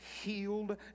healed